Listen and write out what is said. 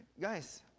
Guys